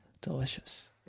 Delicious